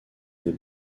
des